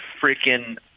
freaking